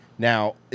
Now